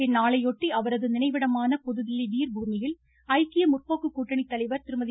இந்நாளையொட்டி அவரது நினைவிடமான புதுதில்லி வீர்பூமியில் ஐக்கிய முற்போக்கு கூட்டணி தலைவர் திருமதி